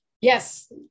Yes